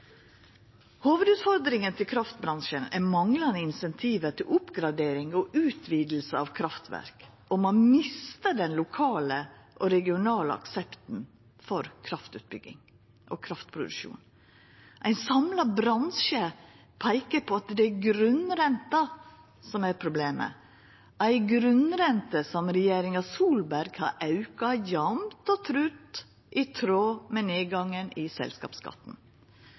Hovudutfordringa til kraftbransjen er manglande incentiv til oppgradering og utviding av kraftverk, og ein mister den lokale og regionale aksepten for kraftutbygging og kraftproduksjon. Ein samla bransje peikar på at det er grunnrenta som er problemet – ei grunnrente som regjeringa Solberg har auka jamt og trutt i tråd med nedgangen i selskapsskatten.